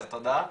אז תודה.